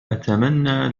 أتمنى